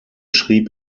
schrieb